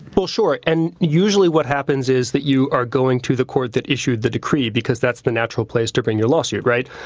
well, sure. and usually what happens is that you are going to the court that issued the decree because that's the natural place to bring your lawsuit, right?